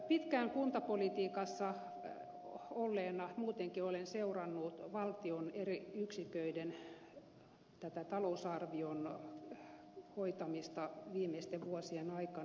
pitkään kuntapolitiikassa olleena muutenkin olen seurannut valtion eri yksiköiden talousarvion hoitamista viimeisten vuosien aikana